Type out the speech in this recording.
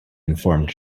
informed